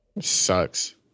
Sucks